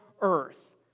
earth